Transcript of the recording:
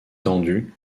tendue